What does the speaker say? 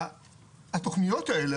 התוכניות האלה,